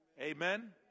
Amen